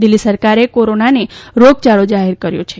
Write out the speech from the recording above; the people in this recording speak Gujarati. દિલ્હી સરકારે કોરોનાને રોગયાળો જાહેર કર્યો છે